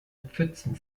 pfützen